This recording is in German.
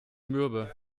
mürbe